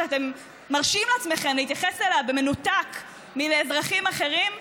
שאתם מרשים לעצמכם להתייחס אליה במנותק מלאזרחים אחרים,